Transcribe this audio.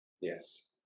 Yes